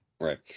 Right